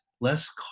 less